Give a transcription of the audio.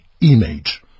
image